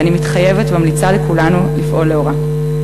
ואני מתחייבת וממליצה לכולנו לפעול לאורה.